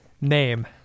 name